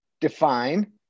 define